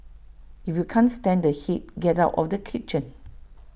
if you can't stand the heat get out of the kitchen